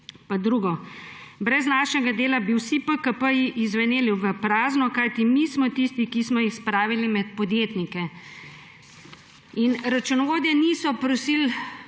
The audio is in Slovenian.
Pa drugo:« Brez našega dela bi vsi PKP-ji izveneli v prazno, kajti mi smo tisti, ki smo jih spravili med podjetnike.« Računovodje niso prosili